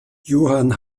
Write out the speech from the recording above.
johann